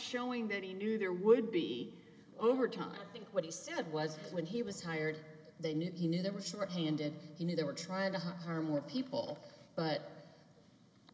showing that he knew there would be over time what he said was when he was hired they knew he knew they were short handed you know they were trying to harm more people but